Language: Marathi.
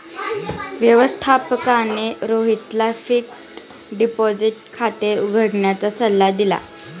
व्यवस्थापकाने रोहितला फिक्स्ड डिपॉझिट खाते उघडण्याचा सल्ला दिला